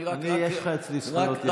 אני רק, אני, יש לך אצלי זכויות יתר, אני מודה.